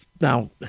Now